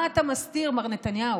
מה אתה מסתיר, מר נתניהו?